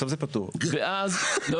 מה